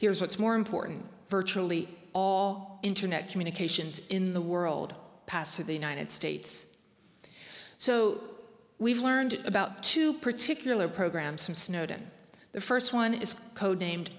here's what's more important virtually all internet communications in the world pass to the united states so we've learned about two particular programs from snowden the first one is